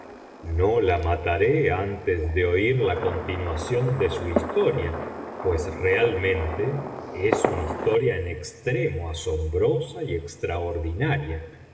una noche antes de oir la continuación de su historia pues realmente es una historia en extremo asombrosa y extraordinaria